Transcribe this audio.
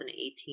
2018